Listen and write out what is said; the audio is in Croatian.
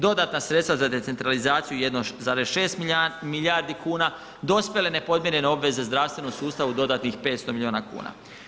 Dodatna sredstva za decentralizaciju 1,6 milijardi kuna, dospjele nepodmirene odveze zdravstvenom sustavu dodatnih 500 milijuna kuna.